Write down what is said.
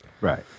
Right